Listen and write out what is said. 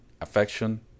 Affection